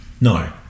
No